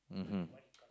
mmhmm